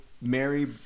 Mary